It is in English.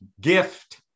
gift